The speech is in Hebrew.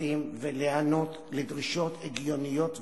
לפרקליטים ולהיענות לדרישות הגיוניות וצודקות,